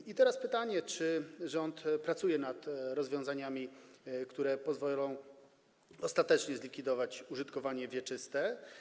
I teraz pytanie: Czy rząd pracuje nad rozwiązaniami, które pozwolą ostatecznie zlikwidować użytkowanie wieczyste?